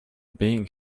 being